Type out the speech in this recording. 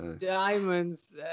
diamonds